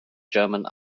german